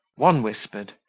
one whispered,